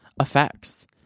effects